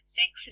six